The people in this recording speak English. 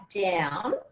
down